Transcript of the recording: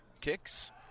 Kicks